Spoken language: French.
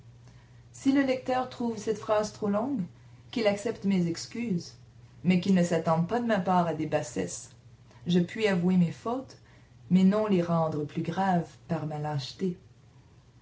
si le lecteur trouve cette phrase trop longue qu'il accepte mes excuses mais qu'il ne s'attende pas de ma part à des bassesses je puis avouer mes fautes mais non les rendre plus graves